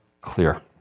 clear